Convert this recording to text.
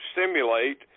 simulate